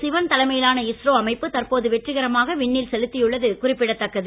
சிவன் தலைமையிலான இஸ்ரோ அமைப்பு தற்போது வெற்றிகரமாக விண்ணில் செலுத்தியுள்ளது குறிப்பிடத்தக்கது